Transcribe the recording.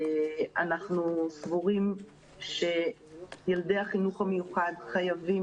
אנחנו סבורים שילדי החינוך המיוחד חייבים